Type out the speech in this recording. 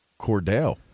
Cordell